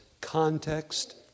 context